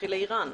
לכי לאיראן.